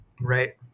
Right